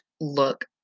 look